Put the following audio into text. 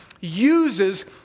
uses